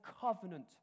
covenant